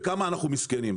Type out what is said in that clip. וכמה אנחנו מסכנים.